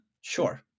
Sure